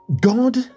God